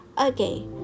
okay